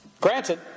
Granted